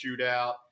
shootout